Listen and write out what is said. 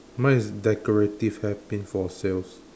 mine is decorative hair pin for sales